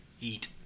eat